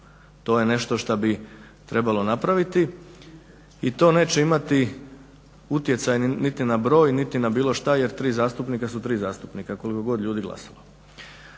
To je nešto što bi trebalo napraviti i to neće imati utjecaj niti na broj niti na bilo što jer tri zastupnika su tri zastupnika koliko god ljudi glasalo.